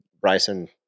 Bryson